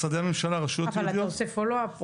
משרדי הממשלה --- אבל אתה עושה פולואו אפ?